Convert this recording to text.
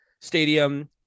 stadium